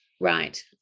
right